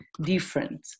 different